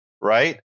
right